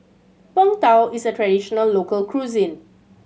Png Tao is a traditional local cuisine